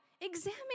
examine